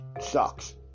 sucks